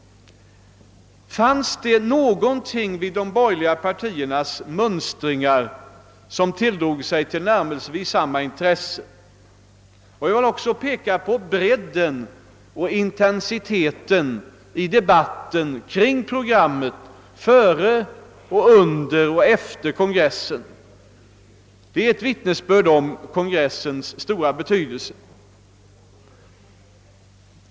Fanns det någonting vid de borgerliga partiernas mönstringar som tilldrog sig tillnärmelsevis samma intresse? Jag vill också peka på bredden av och intensiteten i debatten kring programmet före, under och efter kongressen. Det är ett vittnesbörd om kongressens stora betydelse.